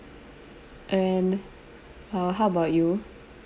and uh how about you